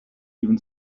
even